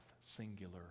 singular